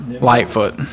lightfoot